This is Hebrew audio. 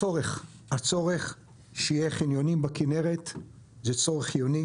הצורך שיהיו בכנרת חניונים זה צורך חיוני,